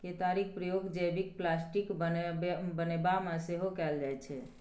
केतारीक प्रयोग जैबिक प्लास्टिक बनेबामे सेहो कएल जाइत छै